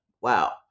Wow